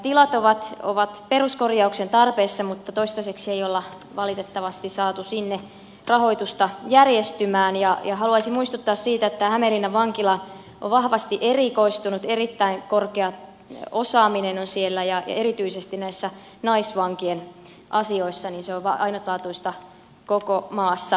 tilat ovat peruskorjauksen tarpeessa mutta toistaiseksi ei olla valitettavasti saatu sinne rahoitusta järjestymään ja haluaisin muistuttaa siitä että tämä hämeenlinnan vankila on vahvasti erikoistunut siellä on erittäin korkea osaaminen ja erityisesti näissä naisvankien asioissa se on ainutlaatuista koko maassa